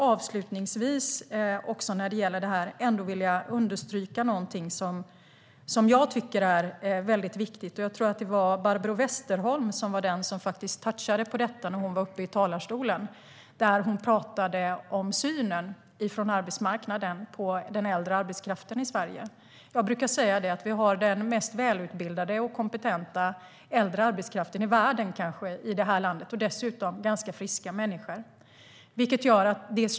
Avslutningsvis skulle jag vilja understryka något som jag tycker är väldigt viktigt. Jag tror att det var Barbro Westerholm som touchade det från talarstolen. Hon talade om arbetsmarknadens syn på den äldre arbetskraften i Sverige. Jag brukar säga att vi kanske har den mest välutbildade och kompetenta äldre arbetskraften i världen. Dessutom är det fråga om ganska friska människor.